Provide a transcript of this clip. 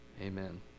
Amen